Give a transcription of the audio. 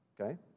Okay